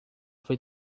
foi